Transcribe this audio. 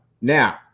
now